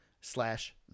slash